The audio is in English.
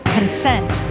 Consent